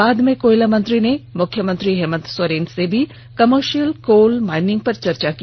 बाद में कोयला मत्री ने मुख्यमंत्री हेमंत सोरेन से भी कॉमर्शियल कोल माईनिंग पर चर्चा की